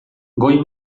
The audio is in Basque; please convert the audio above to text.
goi